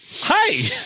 Hi